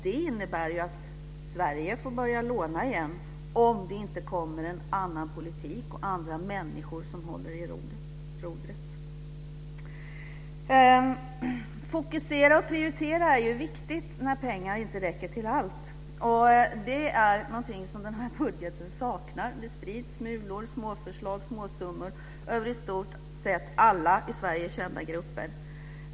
Det innebär att Sverige får börja låna igen om det inte kommer en annan politik och andra människor som håller i rodret. Det är viktigt att fokusera och prioritera när pengar inte räcker till allt. Det är någonting som den här budgeten saknar. Det sprids smulor, småförslag och småsummor över i stort sett alla i Sverige kända grupper.